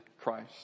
Christ